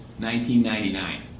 1999